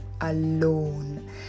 alone